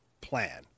plan